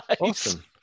awesome